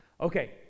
Okay